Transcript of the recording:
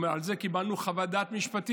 הם אמרו: על זה קיבלנו חוות דעת משפטית.